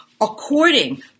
according